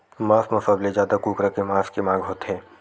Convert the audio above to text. मांस म सबले जादा कुकरा के मांस के मांग होथे